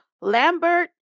Lambert